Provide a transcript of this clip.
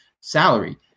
salary